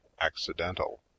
accidental